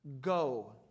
Go